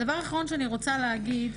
הדבר האחרון שאני רוצה להגיד,